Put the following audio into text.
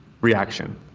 reaction